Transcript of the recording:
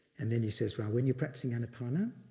and then he said, when you're practicing anapana,